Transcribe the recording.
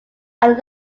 are